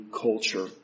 culture